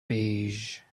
beige